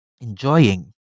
enjoying